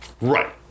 Right